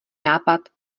nápad